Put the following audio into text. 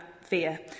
fear